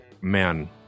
man